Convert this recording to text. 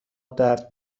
درد